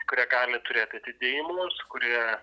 kurie gali turėt atidėjimus kurie